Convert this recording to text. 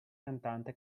cantante